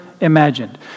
imagined